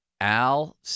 Al